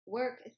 work